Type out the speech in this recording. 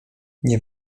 nie